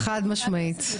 חד משמעית.